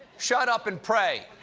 shut up and pray.